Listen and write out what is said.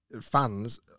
fans